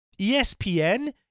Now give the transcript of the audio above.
ESPN